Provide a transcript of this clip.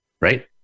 right